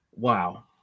Wow